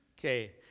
Okay